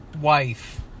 wife